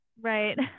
right